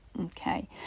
Okay